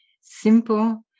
simple